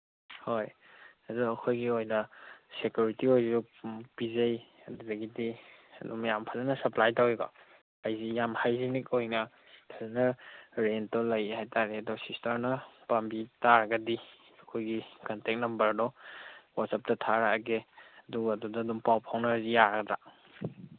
ꯍꯣꯏ ꯑꯗꯨ ꯑꯩꯈꯣꯏꯒꯤ ꯑꯣꯏꯅ ꯁꯦꯀ꯭ꯌꯨꯔꯤꯇꯤ ꯑꯣꯏꯁꯨ ꯄꯤꯖꯩ ꯑꯗꯨꯗꯒꯤꯗꯤ ꯑꯗꯨꯝ ꯌꯥꯝ ꯐꯖꯅ ꯁꯄ꯭ꯂꯥꯏ ꯇꯧꯋꯤꯀꯣ ꯍꯥꯏꯗꯤ ꯌꯥꯝ ꯍꯥꯏꯖꯅꯤꯛ ꯑꯣꯏꯅ ꯐꯖꯅ ꯔꯦꯟꯠꯇꯣ ꯂꯩ ꯍꯥꯏ ꯇꯥꯔꯦ ꯑꯗꯣ ꯁꯤꯁꯇꯔꯅ ꯄꯥꯝꯕꯤ ꯇꯥꯔꯒꯗꯤ ꯑꯩꯈꯣꯏꯒꯤ ꯀꯟꯇꯦꯛ ꯅꯝꯕꯔꯗꯣ ꯋꯥꯆꯞꯇ ꯊꯥꯔꯛꯑꯒꯦ ꯑꯗꯨꯒ ꯑꯗꯨꯗ ꯑꯗꯨꯝ ꯄꯥꯎ ꯐꯥꯎꯅꯔꯁꯤ ꯌꯥꯒꯗ꯭ꯔꯥ